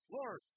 Lord